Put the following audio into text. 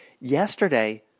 yesterday